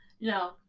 no